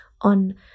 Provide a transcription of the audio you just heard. on